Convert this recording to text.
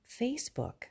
Facebook